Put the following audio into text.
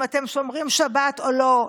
אם אתם שומרים שבת או לא,